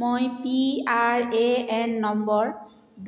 মই P R A N number